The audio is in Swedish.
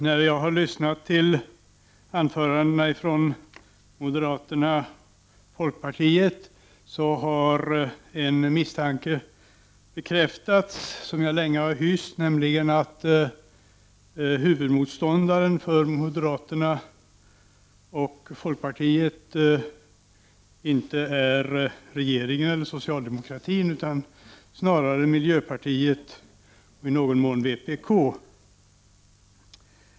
När jag har lyssnat till anförandena av företrädarna för moderaterna och folkpartiet, har en misstanke bekräftats som jag länge har hyst, nämligen att huvudmotståndaren för moderaterna och folkpartiet inte är regeringen, socialdemokratin, utan snarare miljöpartiet — och i någon mån vpk.